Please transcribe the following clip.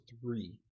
three